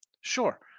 Sure